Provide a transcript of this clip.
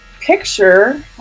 picture